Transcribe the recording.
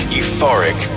euphoric